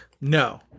No